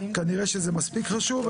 כנראה שזה מספיק חשוב,